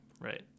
right